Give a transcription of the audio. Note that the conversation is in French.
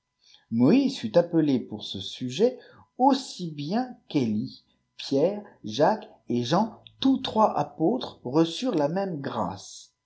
moïse fut appelé pour ce sujet aussi bien qu'elie pierre fecques et jean tous trois apôtres reçurent la même grâce